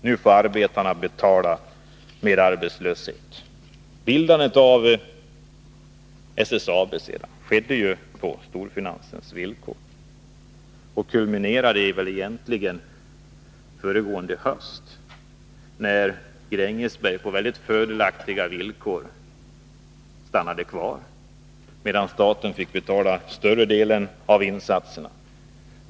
Nu får arbetarna betala med arbetslöshet. Redan bildandet av SSAB skedde ju på storfinansens villkor, och denna tendens kulminerade föregående höst, när Grängesberg på mycket fördelaktiga villkor stannade kvar, medan staten fick betala större delen av insatserna.